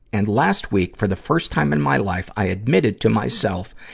and last week, for the first time in my life, i admitted to myself,